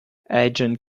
agent